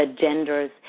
genders